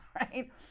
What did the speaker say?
right